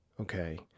Okay